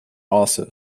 also